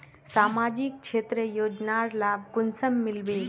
सामाजिक क्षेत्र योजनार लाभ कुंसम मिलबे?